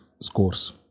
scores